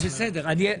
אני באמצע.